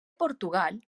portugal